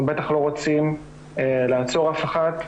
אנחנו בטח לא רוצים לעצור אף אחת,